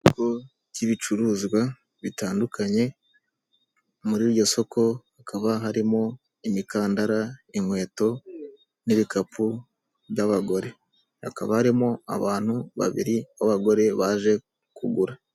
Isoko ry'ibicuruzwa bitandukanye, muri iryo soko hakaba harimo imikandara, inkweto, n'ibikapu by'abagore, hakaba harimo abantu babiri b'abagore baje kugura.